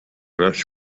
nafx